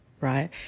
right